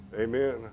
Amen